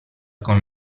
con